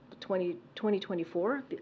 2024